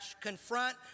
Confront